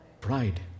Pride